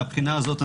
מהבחינה הזאת,